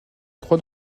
trois